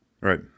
right